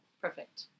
perfect